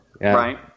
right